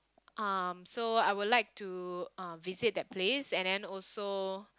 um so I would like to uh visit that place and then also